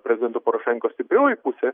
prezidento porošenkos stiprioji pusė